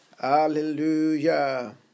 Hallelujah